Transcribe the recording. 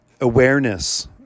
awareness